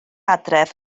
adref